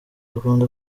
dukunda